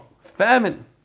famine